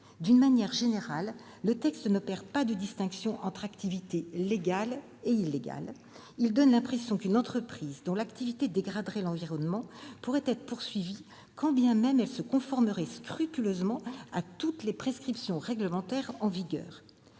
D'une manière générale, le texte n'opère pas de distinction entre activités légales et illégales : il donne l'impression qu'une entreprise dont l'activité dégraderait l'environnement pourrait être poursuivie quand bien même elle se conformerait scrupuleusement à toutes les prescriptions réglementaires en vigueur.